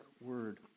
word